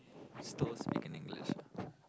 still speak in English